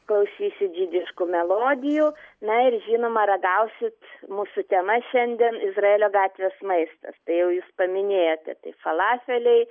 klausysit žydiškų melodijų na ir žinoma ragausit mūsų tema šiandien izraelio gatvės maistas tai jau jūs paminėjote tai falafeliai